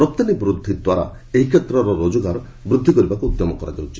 ରପ୍ତାନୀ ବୃଦ୍ଧି ଦ୍ୱାରା ଏହି କ୍ଷେତ୍ରର ରୋଜଗାର ବଢ଼ାଇବାକୁ ଉଦ୍ୟମ କରାଯାଉଛି